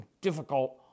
difficult